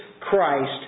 Christ